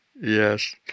Yes